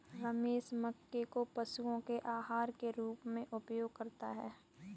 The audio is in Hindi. रमेश मक्के को पशुओं के आहार के रूप में उपयोग करता है